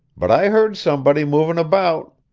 but i heard somebody moving about.